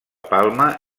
palma